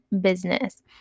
business